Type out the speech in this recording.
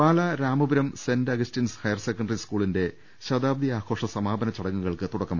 Pala Ramapuram Saint Augustine's higher secondary സ്കൂളിന്റെ ശതാബ്ദി ആഘോഷ സമാപന ചടങ്ങുകൾക്ക് തുടക്കമായി